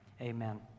amen